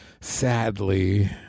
sadly